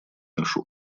нашу